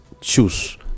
choose